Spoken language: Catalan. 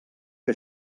que